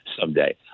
someday